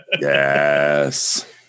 Yes